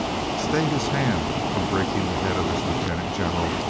stayed his hand from breaking the head of his lieutenant general,